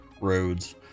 roads